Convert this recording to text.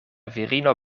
virino